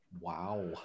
Wow